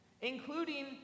Including